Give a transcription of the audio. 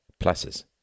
Pluses